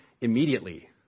immediately